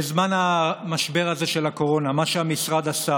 בזמן המשבר הזה של הקורונה, מה שהמשרד עשה